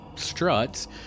struts